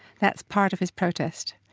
that's part of his protest.